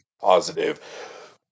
positive